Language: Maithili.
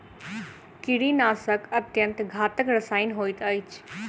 कीड़ीनाशक अत्यन्त घातक रसायन होइत अछि